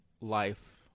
life